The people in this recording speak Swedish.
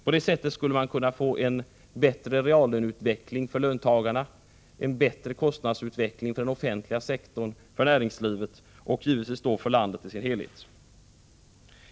På det sättet skulle man kunna få en bättre reallöneutveckling för löntagarna, en bättre kostnadsutveckling för den offentliga sektorn, för näringslivet och givetvis för landet i sin helhet.